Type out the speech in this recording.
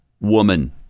woman